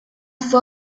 fue